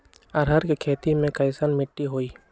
अरहर के खेती मे कैसन मिट्टी होइ?